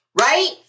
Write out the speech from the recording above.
right